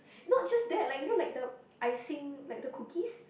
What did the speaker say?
not just that like you know like the icing like the cookies